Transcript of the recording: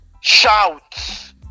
shout